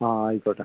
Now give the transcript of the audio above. ആ ആയിക്കോട്ടെ